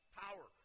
power